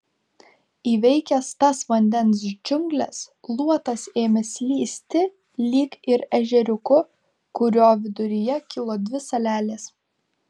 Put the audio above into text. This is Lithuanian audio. įveikęs tas vandens džiungles luotas ėmė slysti lyg ir ežeriuku kurio viduryje kilo dvi salelės